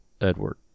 Edward